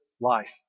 life